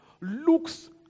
looks